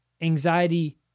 anxiety